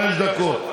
דקות.